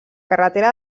carretera